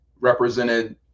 represented